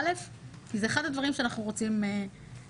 כי זה אחד הדברים שאנחנו רוצים לשנות.